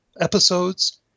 episodes